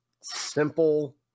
simple